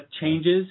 changes